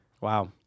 Wow